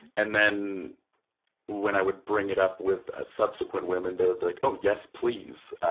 and then when i would bring it up with subsequent women, they would be like, oh, yes, please,